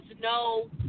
no